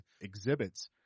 exhibits